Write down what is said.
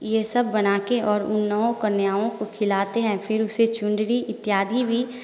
ये सब बनाकर और उन नौ कन्याओं को खिलाते हैं फिर उसे चुनरी इत्यादि भी